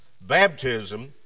baptism